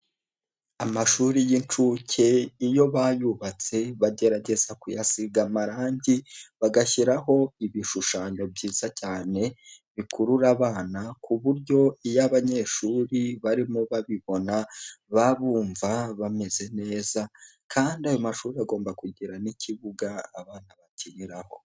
Amashuri y'inshuke, iyo bayubatse bagerageza kuyasiga amarange, bagashyiraho ibishushanyo byiza cyane, bikurura abana, ku buryo iyo abanyeshuri barimo babibona, baba bumva bameze neza, kandi ayo mashuri agomba kugira n'ikibuga abana bakiniraho